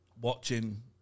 watching